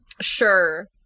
Sure